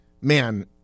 man